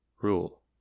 Rule